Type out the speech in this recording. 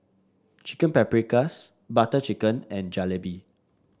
Chicken Paprikas Butter Chicken and Jalebi